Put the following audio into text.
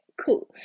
cool